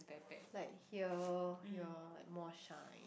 like here here like more shine